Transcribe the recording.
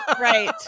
right